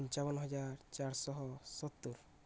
ପଞ୍ଚାବନ ହଜାର ଚାରିଶହ ସତୁରି